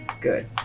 good